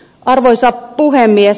arvoisa puhemies